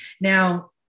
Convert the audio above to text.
Now